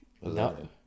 No